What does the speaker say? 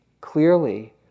clearly